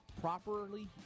Properly